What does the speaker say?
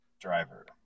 driver